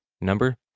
number